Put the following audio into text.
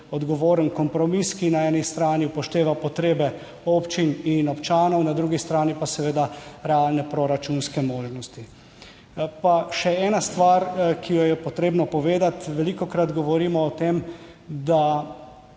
odgovoren kompromis, ki na eni strani upošteva potrebe občin in občanov, na drugi strani pa seveda realne proračunske možnosti. Pa še ena stvar, ki jo je potrebno povedati. Velikokrat govorimo o tem, da